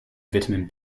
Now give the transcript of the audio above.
vitamin